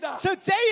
today